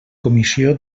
comissió